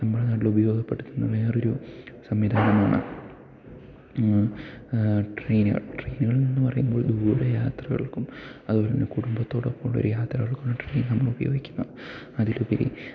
നമ്മുടെ നാട്ടിലുപയോഗപ്പെടുത്തുന്ന വേറൊരു സംവിധാനമാണ് ട്രെയിനുകൾ ട്രെയിനുകളെന്ന് പറയുമ്പോൾ ദൂരയാത്രകൾക്കും അതുപോലെതന്നെ കുടുംബത്തോടോപ്പം ഉള്ളൊരു യാത്രകൾക്കുവാണ് ട്രെയിൻ നമ്മളുപയോഗിക്കുന്നത് അതിലുപരി